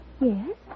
Yes